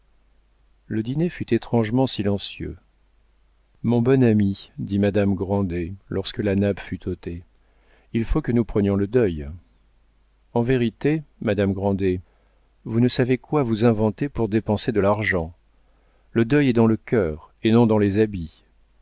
le dîner fut étrangement silencieux mon bon ami dit madame grandet lorsque la nappe fut ôtée il faut que nous prenions le deuil en vérité madame grandet vous ne savez quoi vous inventer pour dépenser de l'argent le deuil est dans le cœur et non dans les habits